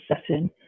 setting